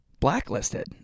blacklisted